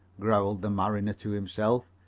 growled the mariner to himself.